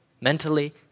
mentally